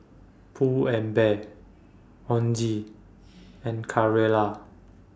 Pull and Bear Ozi and Carrera